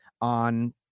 on